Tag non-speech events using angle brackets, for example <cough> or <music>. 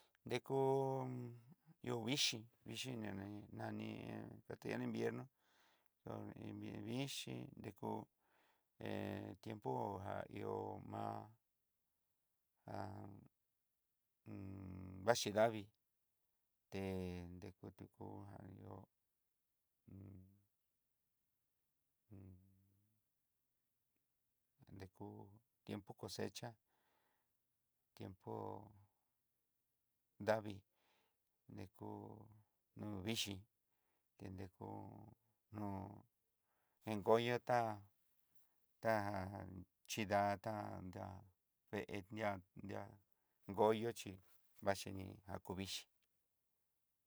Deku ihó vixhii vixhii nani tati'a invierno hon iin vixhíi nrekú hé tiempo já ihó ma'a <hesitation> vaxhi davii té teku teku <hesitation> dekú tiempo cosecha tiempo davii dekú nu vixhii dekú ñoo enkoyotá'a ta ja jan xhidata ta vee ndi'a di'á goyo chí vaxhini na kú vixhii.